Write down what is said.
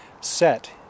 set